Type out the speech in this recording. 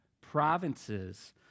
provinces